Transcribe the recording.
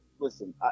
Listen